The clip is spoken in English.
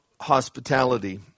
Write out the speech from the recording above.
hospitality